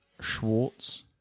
Schwartz